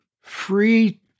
free